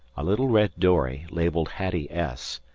a little red dory, labelled hattie s,